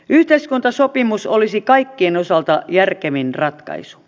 yhteiskuntasopimus olisi kaikkien osalta järkevin ratkaisu